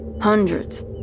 Hundreds